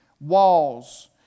walls